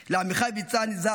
לעמיחי ויצן ז"ל,